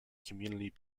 community